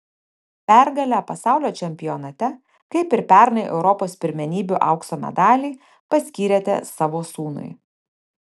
pergalę pasaulio čempionate kaip ir pernai europos pirmenybių aukso medalį paskyrėte savo sūnui